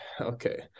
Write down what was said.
Okay